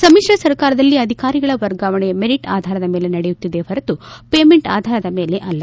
ಸಮಿಶ್ರ ಸರ್ಕಾರದಲ್ಲಿ ಅಧಿಕಾರಿಗಳ ವರ್ಗಾವಣೆ ಮೆರಿಟ್ ಆಧಾರದ ಮೇಲೆ ನಡೆಯುತ್ತಿದೆ ಹೊರತು ಪೇಮೆಂಟ್ ಆಧಾರದ ಮೇಲೆ ಅಲ್ಲ